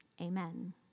Amen